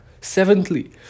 Seventhly